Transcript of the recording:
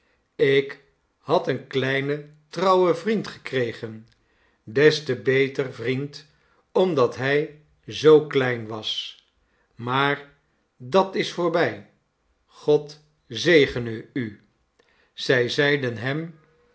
ik had een kleinen trouwen vriend gekregen des te beter vriend omdat hij zoo klein was maar dat is voorbij god zegene u zij zeiden hem